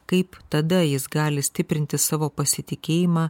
kaip tada jis gali stiprinti savo pasitikėjimą